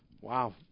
Wow